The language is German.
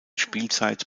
spielzeit